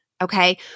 okay